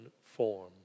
form